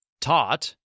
Taught